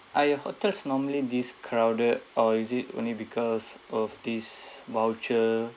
I hotels normally this crowded or is it only because of this voucher